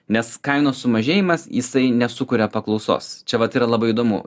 nes kainos sumažėjimas jisai nesukuria paklausos čia vat yra labai įdomu